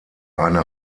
eine